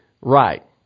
right